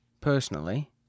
personally